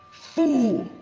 fool,